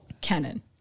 canon